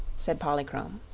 said polychrome.